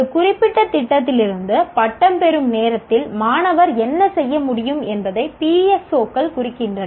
ஒரு குறிப்பிட்ட திட்டத்திலிருந்து பட்டம் பெறும் நேரத்தில் மாணவர் என்ன செய்ய முடியும் என்பதை PSO கள் குறிக்கின்றன